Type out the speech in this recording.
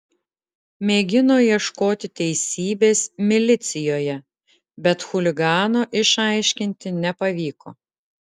mėgino ieškoti teisybės milicijoje bet chuligano išaiškinti nepavyko